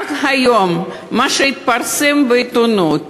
רק היום מה שהתפרסם בעיתונות,